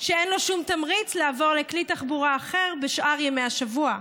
אין לו שום תמריץ לעבור לכלי תחבורה אחר בשאר ימי השבוע.